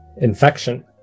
infection